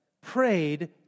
prayed